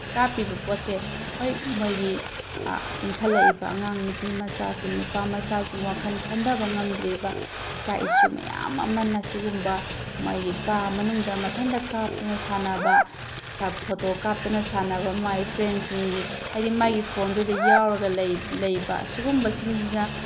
ꯀꯥꯞꯄꯤꯕ ꯄꯣꯠꯁꯦ ꯍꯣꯏ ꯃꯣꯏꯒꯤ ꯏꯟꯈꯠꯂꯛꯏꯕ ꯑꯉꯥꯡ ꯅꯨꯄꯤꯃꯆꯥꯁꯤꯡ ꯅꯨꯄꯥꯃꯆꯥꯁꯤꯡ ꯋꯥꯈꯟ ꯈꯟꯊꯕ ꯉꯝꯗ꯭ꯔꯤꯕ ꯏꯆꯥ ꯏꯁꯨ ꯃꯌꯥꯝ ꯑꯃꯅ ꯁꯤꯒꯨꯝꯕ ꯃꯣꯏꯒꯤ ꯀꯥ ꯃꯅꯨꯡꯗ ꯃꯊꯟꯗ ꯀꯥꯞꯇꯅ ꯁꯥꯟꯅꯕ ꯐꯣꯇꯣ ꯀꯥꯞꯇꯅ ꯁꯥꯟꯅꯕ ꯃꯥꯏ ꯐ꯭ꯔꯦꯟꯁꯤꯡꯒꯤ ꯍꯥꯏꯗꯤ ꯃꯥꯒꯤ ꯐꯣꯟꯗꯨꯗ ꯌꯥꯎꯔꯒ ꯂꯩꯕ ꯑꯁꯤꯒꯨꯝꯕꯁꯤꯡꯁꯤꯅ